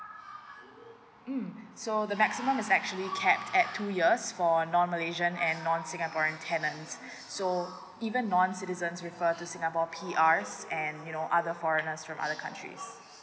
mm so the maximum has actually kept at two years for non malaysian and non singaporean tenants so even non citizens refer to singapore P_Rs and you know other foreigners from other countries